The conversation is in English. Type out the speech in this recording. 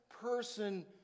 person